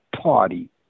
party